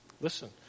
listen